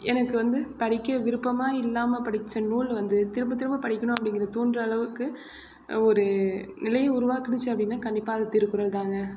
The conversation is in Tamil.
எனக்கு வந்து படிக்க விருப்பமா இல்லாமல் படித்த நூல் வந்து திரும்ப திரும்ப படிக்கணும் அப்படிங்குற தூண்டுறளவுக்கு ஒரு நிலைய உருவாக்குனிச்சு அப்படினா கண்டிப்பாக திருக்குறள் தாங்க